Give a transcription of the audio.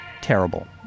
Terrible